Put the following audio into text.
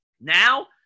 now